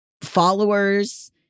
followers